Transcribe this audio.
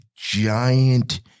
Giant